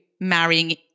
marrying